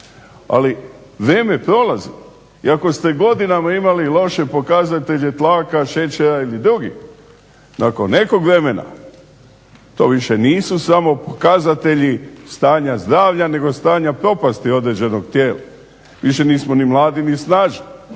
ali vrijeme prolazi i ako ste godinama imali loše pokazatelje tlaka, šećera ili drugih, nakon nekog vremena to više nisu samo pokazatelji stanja zdravlja nego stanja propasti određenog tijela, više nismo ni mladi ni snažni,